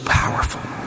powerful